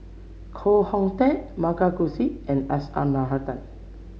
Koh Hoon Teck M Karthigesu and S R Nathan